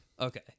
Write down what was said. Okay